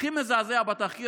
הכי מזעזע בתחקיר,